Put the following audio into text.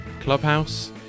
Clubhouse